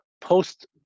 post